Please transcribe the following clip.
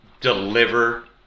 deliver